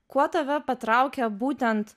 kuo tave patraukė būtent